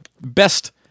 best